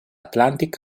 atlantic